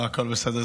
הכול בסדר.